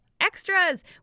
Extras